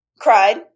Cried